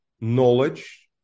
knowledge